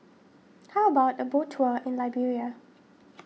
how about a boat tour in Liberia